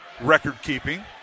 record-keeping